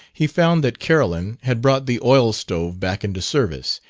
he found that carolyn had brought the oil-stove back into service,